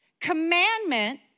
Commandment